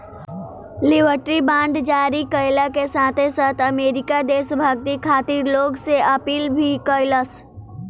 liberty bond जारी कईला के साथे साथे अमेरिका देशभक्ति खातिर लोग से अपील भी कईलस